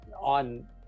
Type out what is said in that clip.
on